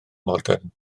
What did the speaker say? modern